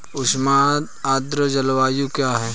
उष्ण आर्द्र जलवायु क्या है?